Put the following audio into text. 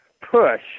push